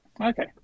Okay